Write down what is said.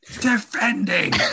defending